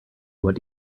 what